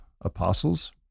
apostles